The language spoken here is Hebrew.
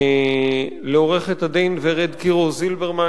לעורכת-הדין ורד קירו-זילברמן,